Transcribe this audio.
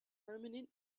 permanent